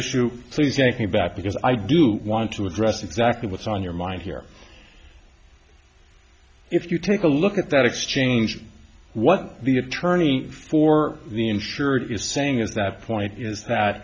issue please take me back because i do want to address exactly what's on your mind here if you take a look at that exchange what the attorney for the insurer is saying is that point is that